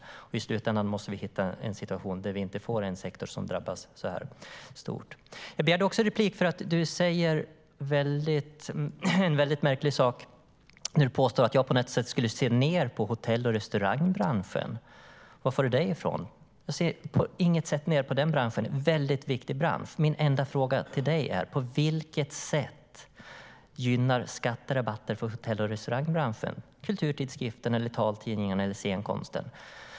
I slutändan måste vi få en situation där vi inte får en sektor som drabbas så här mycket. Jag begärde också replik för att du sade en mycket märklig sak när du påstod att jag på något sätt skulle se ned på hotell och restaurangbranschen. Vad får du det ifrån? Jag ser på inget sätt ned på den branschen. Det är en mycket viktig bransch. Min enda fråga till dig är: På vilket sätt gynnar skatterabatter för hotell och restaurangbranschen kulturtidskrifterna, taltidningarna eller scenkonsten?